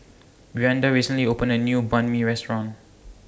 Brianda recently opened A New Banh MI Restaurant